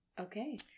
Okay